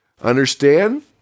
Understand